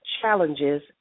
Challenges